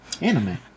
anime